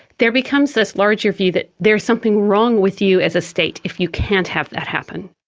there becomes this larger view that there is something wrong with you as a state if you can't have that happen.